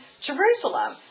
Jerusalem